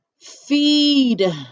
feed